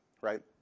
right